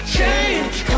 Change